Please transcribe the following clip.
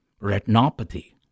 retinopathy